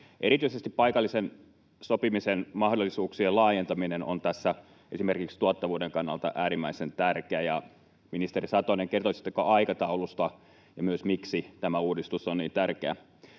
Erityisesti paikallisen sopimisen mahdollisuuksien laajentaminen on tässä esimerkiksi tuottavuuden kannalta äärimmäisen tärkeää. Ministeri Satonen, kertoisitteko aikataulusta ja myös siitä, miksi tämä uudistus on niin tärkeä?